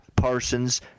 Parsons